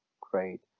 great